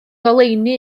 ngoleuni